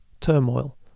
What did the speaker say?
turmoil